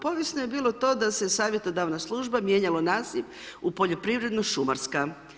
Povijesno je bilo to da se savjetodavna služba mijenjalo naziv u poljoprivredno šumarska.